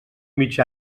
mig